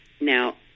Now